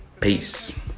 peace